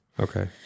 Okay